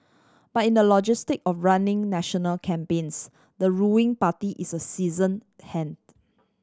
but in the logistic of running national campaigns the ruling party is a season hand